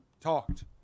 talked